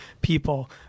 people